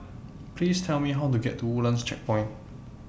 Please Tell Me How to get to Woodlands Checkpoint